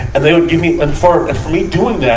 and they would give me, and for me doing that,